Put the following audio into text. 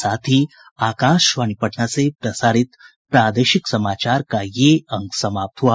इसके साथ ही आकाशवाणी पटना से प्रसारित प्रादेशिक समाचार का ये अंक समाप्त हुआ